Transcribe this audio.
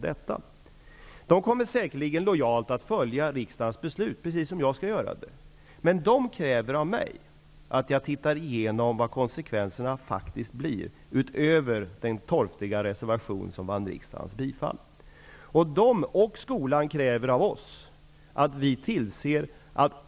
Dessa människor kommer säkerligen lojalt att följa riksdagens beslut -- precis som jag tänker göra --, men de kräver av mig att jag ser över vilka konsekvenserna faktiskt blir, utöver vad den torftiga reservation som vann riksdagens bifall har angett.